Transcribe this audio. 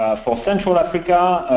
for central africa,